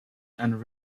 and